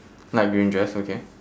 light green dress okay